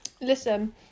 listen